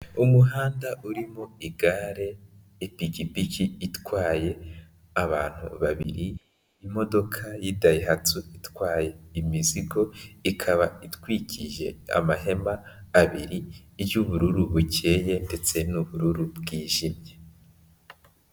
Umuhanda urimo igare, ipikipiki itwaye abantu babiri, imodoka y'idayihatsu itwaye imizigo, ikaba itwikije amahema abiri iry'ubururu bukeye ndetse n'ubururu bwijimye.